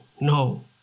no